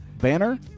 banner